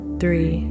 three